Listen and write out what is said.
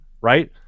right